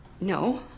No